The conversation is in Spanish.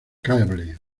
cable